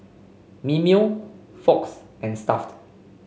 Mimeo Fox and Stuff'd